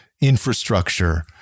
infrastructure